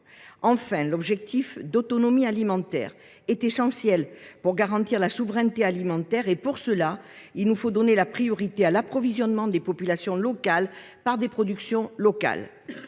Enfin, l’objectif d’autonomie alimentaire est essentiel pour garantir notre souveraineté alimentaire, et pour cela il nous faut donner la priorité à l’approvisionnement des populations par des productions locales.